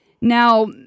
Now